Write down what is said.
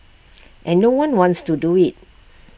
and no one wants to do IT